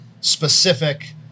specific